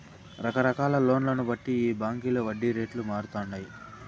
రకరకాల లోన్లను బట్టి ఈ బాంకీల వడ్డీ రేట్లు మారతండాయి